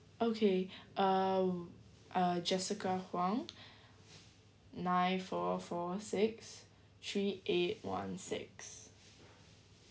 okay um uh jessica huang nine four four six three eight one six